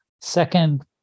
second